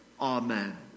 Amen